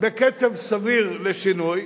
בחמש שנים בשנת 2007,